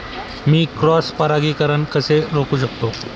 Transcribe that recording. मी cross परागीकरण कसे रोखू शकतो?